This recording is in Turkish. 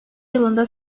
yılında